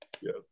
Yes